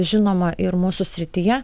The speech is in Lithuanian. žinoma ir mūsų srityje